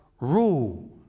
rule